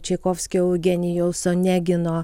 čaikovskio eugenijaus onegino